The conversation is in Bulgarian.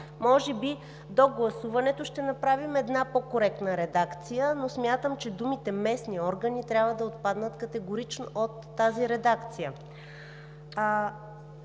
Може би до гласуването ще направим една по-коректна редакция, но смятам, че думите „местни органи“ трябва да отпаднат категорично от тази редакция.